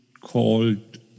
called